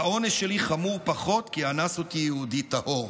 האונס שלי חמור פחות כי אנס אותי יהודי טהור.